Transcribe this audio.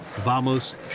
Vamos